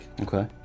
Okay